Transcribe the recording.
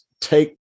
take